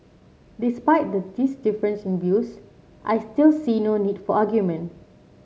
despite this difference in views I still see no need for argument